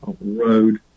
road